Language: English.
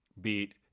beat